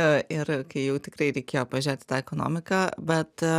ir kai jau tikrai reikėjo pažiūrėt į tą ekonomiką bet